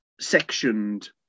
sectioned